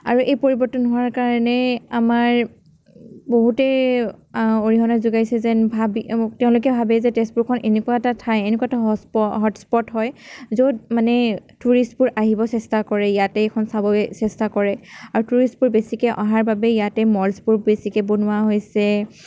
আৰু এই পৰিৱৰ্তন হোৱাৰ কাৰণে আমাৰ বহুতেই অৰিহণা যোগাইছে যেন ভাবি তেওঁলোকে ভাবে যে তেজপুৰখন এনেকুৱা এটা ঠাই এনেকুৱা এটা হট্চ হটচ্ স্পটচ্ হয় য'ত মানে টুৰিষ্টবোৰ আহিবলৈ চেষ্টা কৰে ইয়াতে এইখন চাবলৈ চেষ্টা কৰে আৰু টুৰিষ্টবোৰ বেছিকৈ অহাৰ বাবে ইয়াতে মলচ্বোৰ বেছিকৈ বনোৱা হৈছে